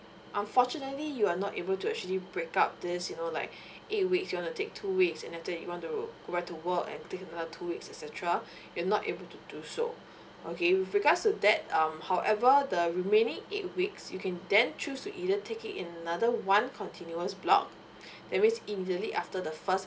unfortunately you are not able to actually break up this you know like eight weeks you want to take two weeks and after you want to you want to work and take another two weeks etcetera you're not able to do so okay with regards to that um however the remaining eight weeks you can then choose to either take it in another one continuous block that means immediately after the first